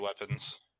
weapons